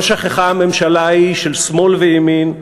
לא שכחה הממשלה ההיא של שמאל וימין,